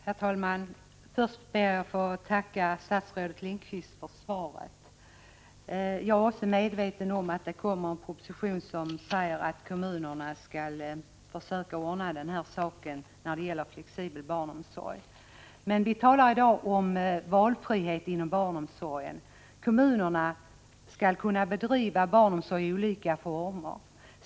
Herr talman! Först ber jag att få tacka statsrådet Lindqvist för svaret. Även jag är medveten om att man kommer att lägga fram en proposition i vilken det sägs att kommunerna skall försöka ordna med flexibel barnomsorg. Men vi talar i dag om valfrihet inom barnomsorgen. Kommunerna skall kunna bedriva barnomsorg i olika former.